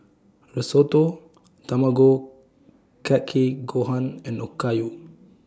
Risotto Tamago Kake Gohan and Okayu